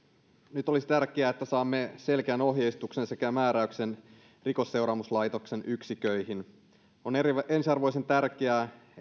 nyt olisi tärkeää että saamme selkeän ohjeistuksen sekä määräyksen rikosseuraamuslaitoksen yksiköihin on ensiarvoisen tärkeää